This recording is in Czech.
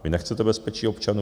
Vy nechcete bezpečí občanů.